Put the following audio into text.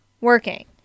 working